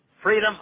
freedom